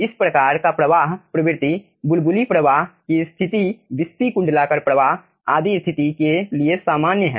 इस प्रकार का प्रवाह प्रवृत्ति बुलबुली प्रवाह की स्थिति विस्पी कुण्डलाकार प्रवाह आदि स्थिति के लिए सामान्य है